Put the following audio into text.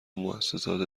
موسسات